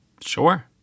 Sure